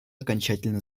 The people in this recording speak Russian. окончательно